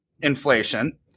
inflation